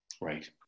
Right